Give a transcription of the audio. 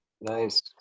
Nice